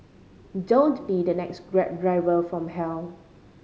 don't be the next Grab from hell